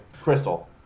Crystal